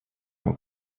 nav